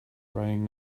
writing